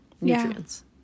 nutrients